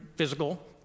physical